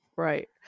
Right